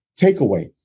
Takeaway